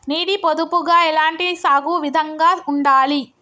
నీటి పొదుపుగా ఎలాంటి సాగు విధంగా ఉండాలి?